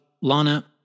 Lana